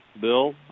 bill